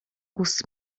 ust